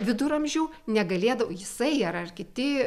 viduramžių negalėdavo jisai ar ar kiti